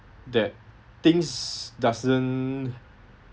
that things doesn't